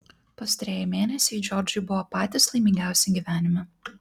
pastarieji mėnesiai džordžui buvo patys laimingiausi gyvenime